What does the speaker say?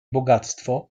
bogactwo